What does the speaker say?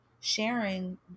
sharing